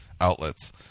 outlets